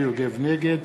נגד